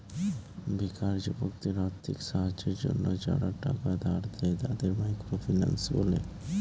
বেকার যুবকদের আর্থিক সাহায্যের জন্য যারা টাকা ধার দেয়, তাদের মাইক্রো ফিন্যান্স বলে